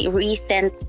recent